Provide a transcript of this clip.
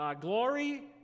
Glory